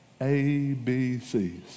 ABCs